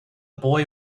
boy